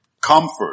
comfort